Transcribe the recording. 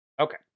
Okay